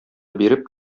биреп